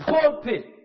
pulpit